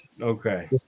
Okay